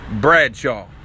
Bradshaw